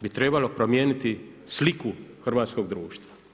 bi trebalo promijeniti sliku hrvatskog društva.